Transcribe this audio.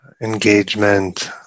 engagement